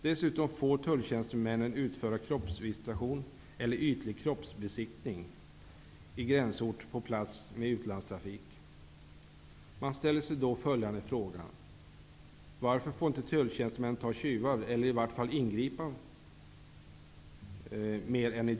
Dessutom får tulltjänstemännen utföra kroppsvisitation eller ytlig kroppsbesiktning i gränsort på plats med utlandstrafik. Jag ställer mig då frågan varför tulltjänstemän inte får fånga tjuvar eller ingripa mot tjuvar.